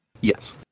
Yes